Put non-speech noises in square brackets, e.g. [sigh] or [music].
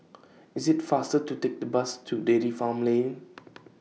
IS IT faster to Take The Bus to Dairy Farm Lane [noise]